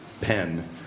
pen